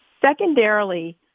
Secondarily